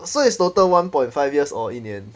so it's total one point five years or 一年